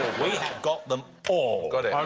got them all. got it.